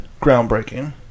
Groundbreaking